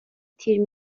تیر